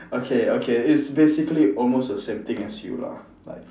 okay okay it's basically almost the same thing as you lah like